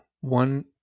one